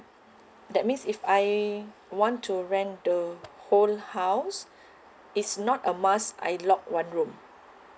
that means if I want to rent the whole house it's not a must I lock one room